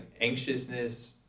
anxiousness